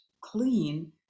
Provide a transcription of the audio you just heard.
clean